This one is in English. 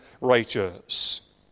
righteous